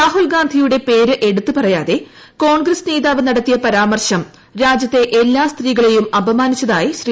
രാഹുൽ ഗാന്ധിയുടെ പ്പേര് എടുത്ത് പറയാതെ കോൺഗ്രസ് നേതാവ് നടത്തിയ പ്രരാമർശം രാജ്യത്തെ എല്ലാ സ്ത്രീകളെയും അപമാനിച്ചതായി ശ്രീ